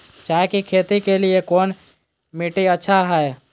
चाय की खेती के लिए कौन मिट्टी अच्छा हाय?